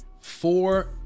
four